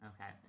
Okay